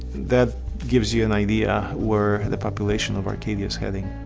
that gives you an idea where the population of arcadia is heading.